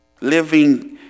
living